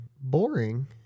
boring